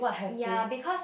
ya because